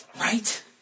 Right